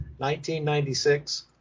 1996